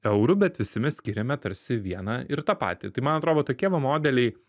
eurų bet visi mes skiriame tarsi vieną ir tą patį tai man atrodo va tokie va modeliai